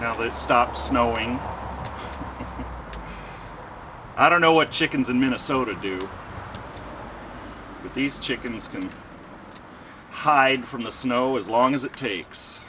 palate stop snowing i don't know what chickens in minnesota do but these chickens can hide from the snow as long as it takes